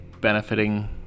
benefiting